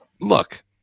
Look